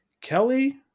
Kelly